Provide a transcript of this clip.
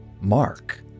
Mark